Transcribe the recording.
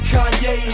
Kanye